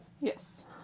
Yes